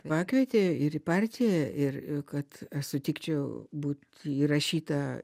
pakvietė ir į partiją ir kad aš sutikčiau būt įrašyta